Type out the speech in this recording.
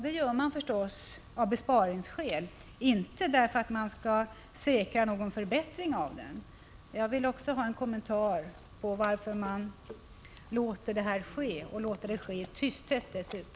Det gör man förstås av besparingsskäl, inte för att säkra någon förbättring av vården. Jag vill också ha en kommentar till varför man låter detta ske, och dessutom ske i tysthet.